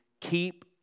keep